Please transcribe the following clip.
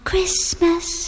Christmas